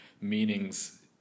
meanings